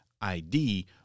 ID